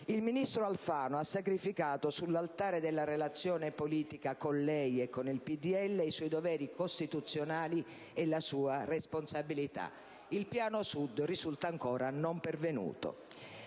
Il ministro Alfano ha sacrificato sull'altare della relazione politica con lei e con il PdL i suoi doveri costituzionali e la sua responsabilità. Il Piano per il Sud risulta ancora non pervenuto.